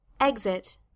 EXIT